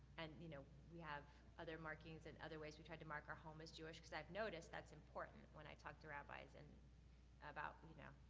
and you know we have other markings and other ways we try to mark our home as jewish cause i've noticed that's important when i talk to rabbis and about, you know,